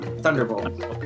Thunderbolt